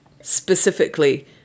specifically